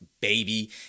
baby